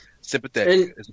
sympathetic